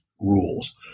rules